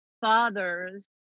fathers